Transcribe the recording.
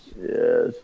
Yes